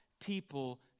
people